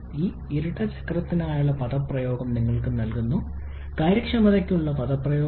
ഈ ഇരട്ട ചക്രത്തിനായുള്ള പദപ്രയോഗം ഞാൻ നിങ്ങൾക്ക് നൽകുന്നു കാര്യക്ഷമതയ്ക്കുള്ള പദപ്രയോഗം